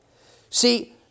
See